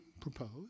proposed